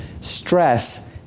stress